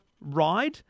ride